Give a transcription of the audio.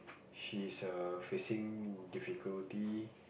she's err facing difficulty